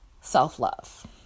self-love